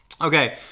okay